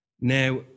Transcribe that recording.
Now